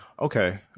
Okay